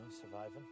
surviving